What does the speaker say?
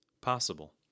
possible